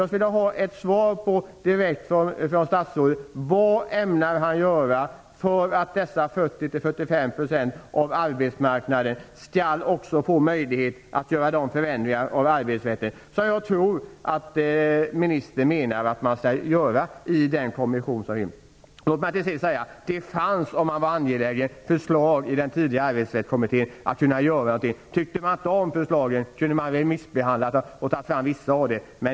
Jag skulle vilja ha ett direkt svar av statsrådet om vad han ämnar göra för att 40-45% av arbetsmarknaden skall få möjlighet att genomföra de förändringar av arbetsrätten som jag tror att ministern menar att man skall i kommissionen. Det fanns - om man hade varit angelägen - förslag från den tidigare arbetsrättskommittén. Om man inte tyckte om förslagen kunde man ha remissbehandlat och tagit fram en del av dem.